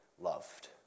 loved